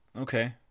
Okay